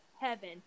heaven